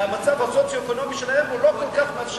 שהמצב הסוציו-אקונומי שלהם לא כל כך מאפשר